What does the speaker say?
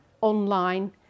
online